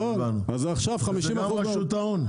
זה גם רשות ההון?